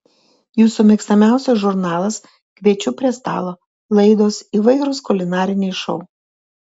jūsų mėgstamiausias žurnalas kviečiu prie stalo laidos įvairūs kulinariniai šou